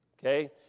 okay